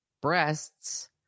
breasts